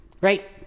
Right